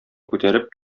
күтәреп